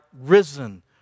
risen